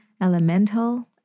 elemental